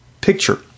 picture